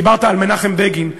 דיברת על מנחם בגין,